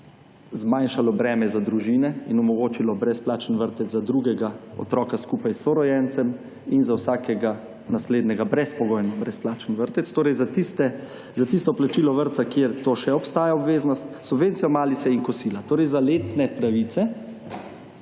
zmanjšalo breme za družine in omogočilo brezplačen vrtec za drugega otroka, skupaj s sorojencem in za vsakega naslednjega brezpogojno brezplačen vrtec, torej, za tisto plačilo vrtca, kjer to še obstaja obveznost, subvencijo malice in kosila. Torej za letne pravice,